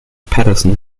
patterson